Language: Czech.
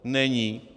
Není.